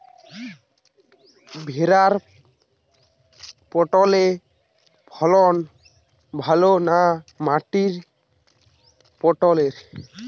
ভেরার পটলের ফলন ভালো না মাটির পটলের?